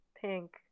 pink